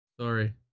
sorry